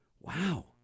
wow